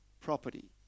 property